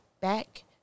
back